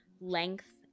length